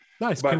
Nice